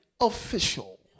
official